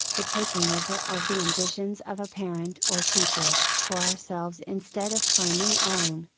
the taking over of the ambitions of a parent or teacher, for ourselves instead of finding our own,